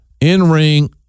in-ring